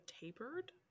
tapered